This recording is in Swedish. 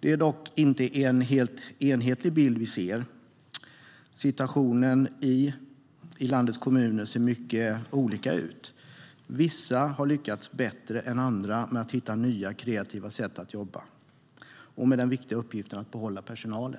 Det är dock inte en enhetlig bild vi ser. Situationen i landets kommuner ser mycket olika ut. Vissa har lyckats bättre än andra med att hitta nya kreativa sätt att jobba och med den viktiga uppgiften att behålla personal.